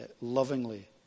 lovingly